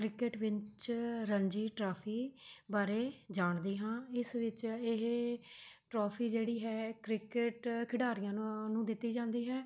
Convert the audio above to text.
cricket ਵਿੱਚ Ranji trophy ਬਾਰੇ ਜਾਣਦੇ ਹਾਂ ਇਸ ਵਿੱਚ ਇਹ ਟਰੋਫੀ ਜਿਹੜੀ ਹੈ ਕ੍ਰਿਕਟ ਖਿਡਾਰੀਆਂ ਨੂੰ ਦਿੱਤੀ ਜਾਂਦੀ ਹੈ